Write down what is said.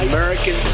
American